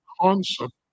concept